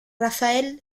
raphael